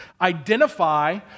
Identify